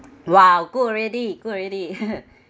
!wow! good already good already